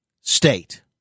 state